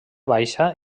baixa